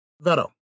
Veto